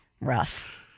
Rough